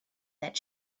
that